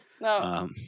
No